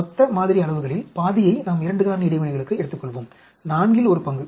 மொத்த மாதிரி அளவுகளில் பாதியை நாம் 2 காரணி இடைவினைகளுக்கு எடுத்துக்கொள்வோம் நான்கில் ஒரு பங்கு